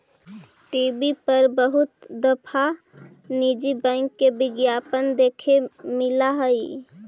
TV पर बहुत दफा निजी बैंक के विज्ञापन देखे मिला हई